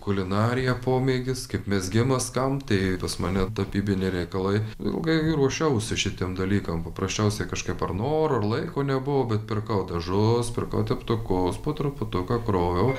kulinarija pomėgis kaip mezgimas kam tai pas mane tapybiniai reikalai ilgai ruošiausi šitiem dalykam paprasčiausiai kažkaip ar noro laiko nebuvo bet pirkau dažus pirkau teptukus po truputuką kroviau